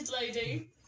lady